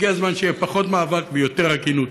הגיע הזמן שיהיה פחות מאבק ויותר הגינות.